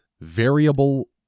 variable